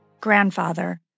grandfather